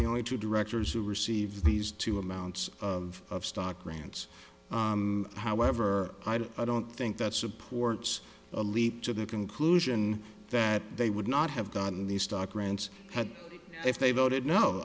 the only two directors who received these two amounts of stock grants however i don't think that supports a leap to the conclusion that they would not have gotten these stock grants had if they voted